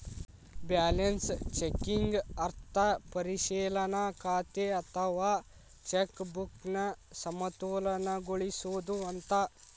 balance checking ಅರ್ಥ ಪರಿಶೇಲನಾ ಖಾತೆ ಅಥವಾ ಚೆಕ್ ಬುಕ್ನ ಸಮತೋಲನಗೊಳಿಸೋದು ಅಂತ